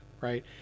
right